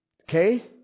Okay